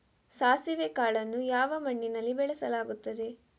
ಸಾಸಿವೆ ಕಾಳನ್ನು ಯಾವ ಮಣ್ಣಿನಲ್ಲಿ ಬೆಳೆಸಲಾಗುತ್ತದೆ?